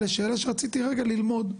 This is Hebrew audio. לשאלה שרציתי רגע ללמוד.